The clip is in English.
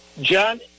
John